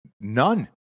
None